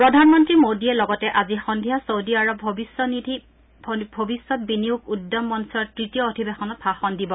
প্ৰধানমন্ত্ৰী মোদীয়ে লগতে আজি সন্ধিয়া ছৌদি আৰৱ ভৱিষ্যৎ বিনিয়োগ উদ্যম মঞ্চৰ তৃতীয় অধিবেশনত ভাষণ দিব